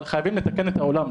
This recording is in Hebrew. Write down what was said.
אבל חייבים לתקן את העולם.